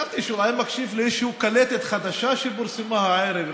חשבתי שאולי הוא מקשיב לאיזושהי קלטת חדשה שפורסמה הערב.